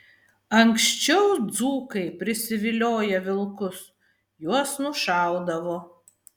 anksčiau dzūkai prisivilioję vilkus juos nušaudavo